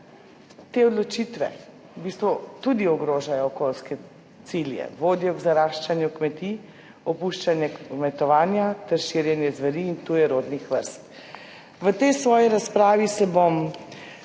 Te odločitve v bistvu tudi ogrožajo okoljske cilje, vodijo k zaraščanju kmetij, opuščanje kmetovanja ter širjenje zveri in tujerodnih vrst. V tej svoji razpravi bom